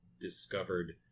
discovered